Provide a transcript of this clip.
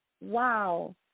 Wow